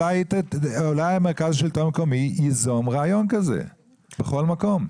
אולי מרכז השלטון המקומי ייזום רעיון כזה בכל מקום.